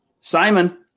Simon